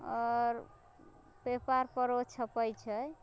आओर पेपर परो छपे छै